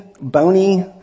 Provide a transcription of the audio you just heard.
bony